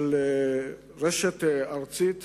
של רשת ארצית,